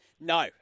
No